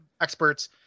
experts